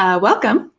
ah welcome.